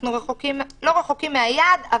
אנחנו לא רחוקים מהיעד,